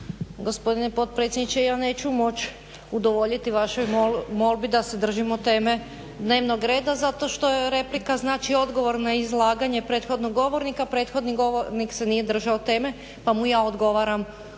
gospodine potpredsjedniče. Ja neću moć udovoljiti vašoj molbi da se držimo teme dnevnog reda, zato što replika znači odgovor na izlaganje prethodnog govornika, prethodni govornik se nije držao teme, pa mu ja odgovaram